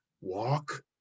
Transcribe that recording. walk